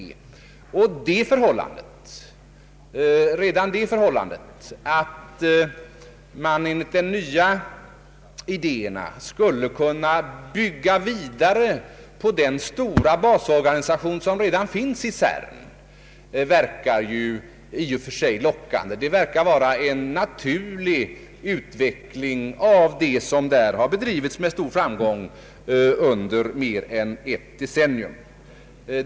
Redan det förhållandet att man enligt de nya idéerna skulle kunna bygga vidare på den stora basorganisation som redan finns i CERN verkar i och för sig lockande. Det är en naturlig utveckling av det arbete som har bedrivits där med stor framgång under mer än ett decennium.